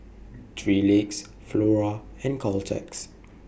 three Legs Flora and Caltex